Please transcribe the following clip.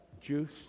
juice